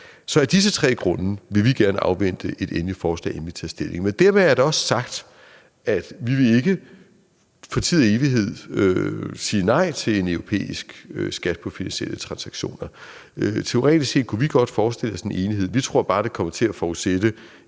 Så af disse tre grunde vil vi gerne afvente et endeligt forslag, inden vi tager stilling. Men dermed er det også sagt, at vi ikke for tid og evighed vil sige nej til en europæisk skat på finansielle transaktioner. Teoretisk set kunne vi godt forestille os en enighed. Vi tror bare, det kommer til at forudsætte